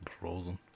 frozen